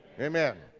amen.